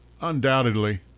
Undoubtedly